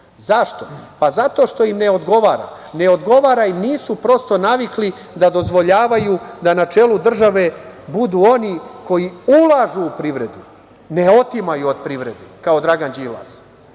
Zašto? Zato što im ne odgovara. Ne odgovara im, prosto nisu navikli da dozvoljavaju da na čelu države budu oni koji ulažu u privredu, ne otimaju od privrede kao Dragan Đilas,